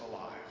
alive